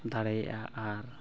ᱫᱟᱲᱮᱭᱟᱜᱼᱟ ᱟᱨ